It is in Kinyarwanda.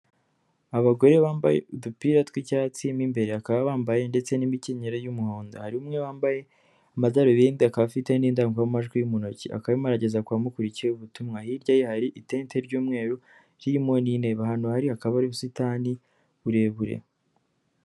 Abagore bambaye udupira tw'icyatsim, mo imbere bakaba bambaye ndetse n'imikinyero y'umuhondo, hari umwe wambaye amadarubindi akaba afite n'indangurumajwi mu ntoki, akaba arimo arageza kubamukurikiye ubutumwa, hirya ye hari itente ry'umweru ririmo n'intebe, ahantu ari hakaba ari ubusitani burebur.